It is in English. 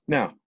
Now